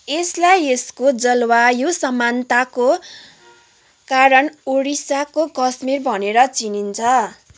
यसलाई यसको जलवायु समानताको कारण ओडिशाको कश्मीर भनेर चिनिन्छ